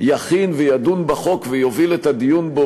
יכין וידון בחוק ויוביל את הדיון בו